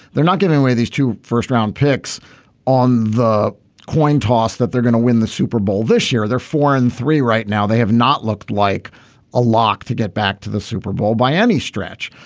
they're not going away these two first round picks on the coin toss that they're going to win the super bowl this year they're foreign three right now they have not looked like a lock to get back to the super bowl by any stretch.